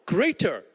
greater